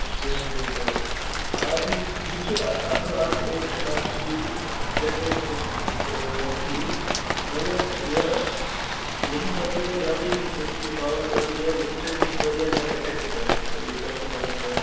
generator آب تہِ یہِ تہِ چھُ اَصٕل اَکھ اَوٚپشن اَکھ چھُ ییٚتہِ جنریٹر تہِ چھُ ٹھیٖک مگر یہِ ییٚمیُک پَزوٕ تۅہہِ جلدٕے کیٚنٛہہ سونٛچُن یہِ پاور کَٹُک کیٛازِ اَمہِ سۭتۍ ہٮ۪کہِ وارِیاہ زیادٕ اٮ۪فیکٹہٕ پٮ۪تھ کسٹٕمَرن پٮ۪ٹھ